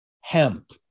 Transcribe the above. hemp